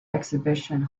exhibition